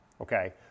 okay